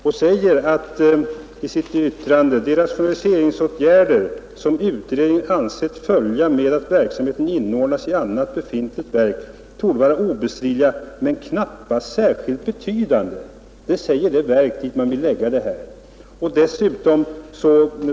Man säger vidare i sitt yttrande att de rationaliseringsåtgärder som utredningen ansett följa med att verksamheten inordnas i annat befintligt verk torde vara obestridliga men knappast särskilt betydande. Detta säger således det verk som man vill skall ta hand om detta.